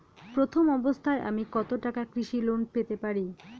প্রথম অবস্থায় আমি কত টাকা কৃষি লোন পেতে পারি?